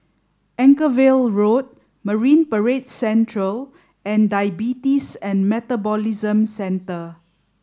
Anchorvale Road Marine Parade Central and Diabetes and Metabolism Centre